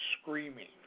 screaming